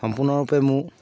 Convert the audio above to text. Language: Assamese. সম্পূৰ্ণৰূপে মোৰ